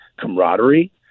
camaraderie